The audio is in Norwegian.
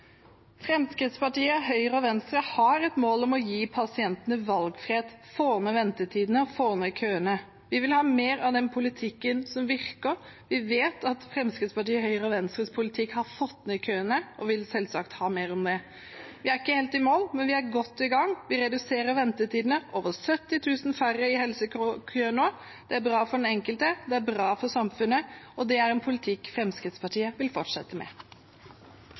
Fremskrittspartiet, Høyre og Venstre har et mål om å gi pasientene valgfrihet, få ned ventetidene og få ned køene. Vi vil ha mer av den politikken som virker. Vi vet at Fremskrittspartiet, Høyre og Venstres politikk har fått ned køene, og vil selvsagt ha mer av det. Vi er ikke helt i mål, men vi er godt i gang. Vi reduserer ventetidene. Det er over 70 000 færre i helsekøer nå. Det er bra for den enkelte, det er bra for samfunnet, og det er en politikk Fremskrittspartiet vil fortsette med.